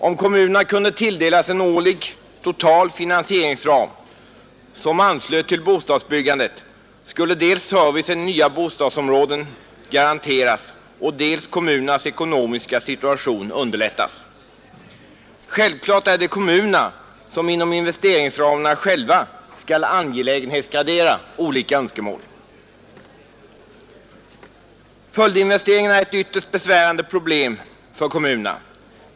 Om kommunerna kunde tilldelas en total årlig finansieringsram som anslöts till bostadsbyggandet, skulle dels servicen i nya bostadsområden garanteras, dels kommunernas ekonomiska situation underlättas. Självklart är det kommunerna som inom investeringsramarna själva skall angelägenhetsgradera olika önskemål. Följdinvesteringarna är ett ytterst besvärande problem för kommunerna.